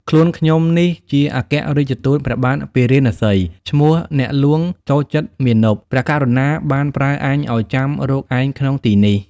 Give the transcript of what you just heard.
ខ្លួនខ្ញុំនេះជាអគ្គរាជទូតព្រះបាទពារាណសី ឈ្មោះអ្នកហ្លួងចូលចិត្តមាណព។ ព្រះករុណាបានប្រើអញឲ្យចាំរកឯងក្នុងទីនេះ។